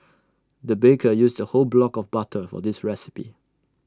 the baker used A whole block of butter for this recipe